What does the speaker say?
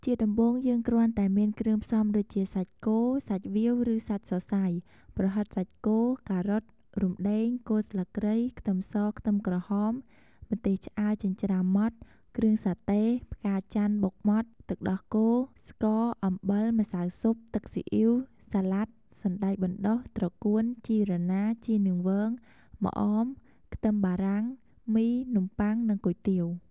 ជាដំបូងយើងគ្រាន់តែមានគ្រឿងផ្សំដូចជា សាច់គោ សាច់វៀវ ឬសាច់សសៃ ប្រហិតសាច់គោ ការ៉ុត រំដេង គល់ស្លឹកគ្រៃ ខ្ទឹមស ខ្ទឹមក្រហម ម្ទេសឆ្អើរចិញ្ច្រាំម៉ដ្ដ គ្រឿងសាតេ ផ្កាចន្ទន៍បុកម៉ដ្ត ទឹកដោះគោ ស្ករ អំបិល ម្សៅស៊ុប ទឹកស៊ីអ៉ីវ សាលាដ សណ្ដែកបណ្ដុះ ត្រកួន ជីរណា ជីនាងវង ម្អម ខ្ទឹមបារាំង មី នំបុ័ង និងគុយទាវ។